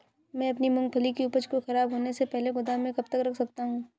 मैं अपनी मूँगफली की उपज को ख़राब होने से पहले गोदाम में कब तक रख सकता हूँ?